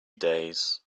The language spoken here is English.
days